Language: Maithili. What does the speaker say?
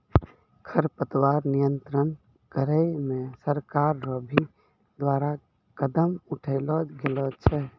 खरपतवार नियंत्रण करे मे सरकार रो भी द्वारा कदम उठैलो गेलो छै